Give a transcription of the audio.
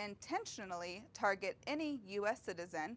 intentionally target any u s citizen